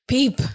Peep